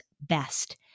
best